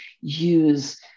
use